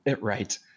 right